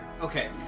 Okay